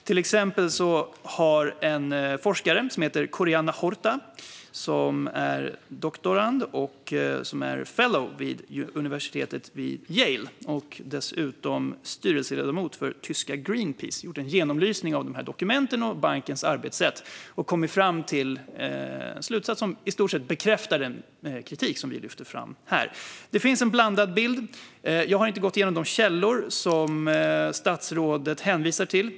Till exempel har forskaren Korinna Horta, som är doktor, fellow vid Yaleuniversitetet och styrelseledamot i tyska Greenpeace, gjort en genomlysning av dessa dokument och bankens arbetssätt och kommit fram till en slutsats som i stort sett bekräftar den kritik som jag här lyfter fram. Det finns en blandad bild. Jag har inte gått igenom de källor som statsrådet hänvisar till.